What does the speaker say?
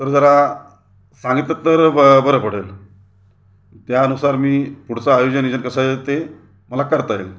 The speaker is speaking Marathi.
तर जरा सांगितलंत तर बं बरं पडेल त्यानुसार मी पुढचं आयोजन नियोजन कसं आहे ते मला करता येईल